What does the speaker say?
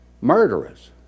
murderers